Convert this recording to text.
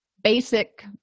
basic